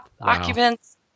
occupants